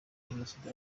jenoside